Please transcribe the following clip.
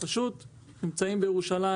ופשוט נמצאים בירושלים,